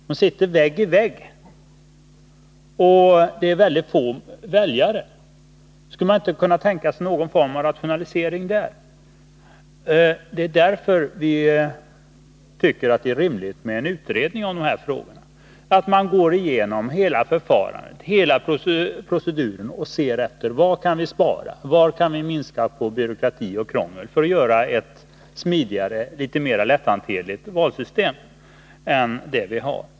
De sitter vägg i vägg och det är väldigt få väljare. Skulle man inte kunna tänka sig någon form av rationalisering där? Det är sådana förhållanden som gör att vi tycker det är rimligt att man gör en utredning, går igenom hela proceduren och ser efter var vi kan spara, var vi kan minska på byråkrati och krångel för att få ett smidigare och mer lätthanterligt valsystem än det vi har.